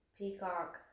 Peacock